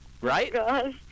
Right